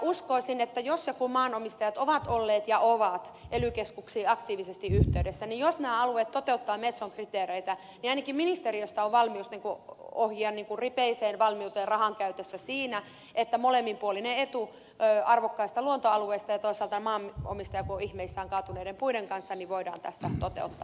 uskoisin että jos ja kun maanomistajat ovat olleet ja ovat ely keskuksiin aktiivisesti yhteydessä niin jos nämä alueet toteuttavat metson kriteereitä ainakin ministeriössä on valmius ripeään valmiuteen rahankäytössä siinä että molemminpuolinen etu arvokkaiden luontoalueiden ja toisaalta maanomistajan joka on ihmeissään kaatuneiden puiden kanssa voidaan tässä toteuttaa